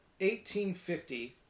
1850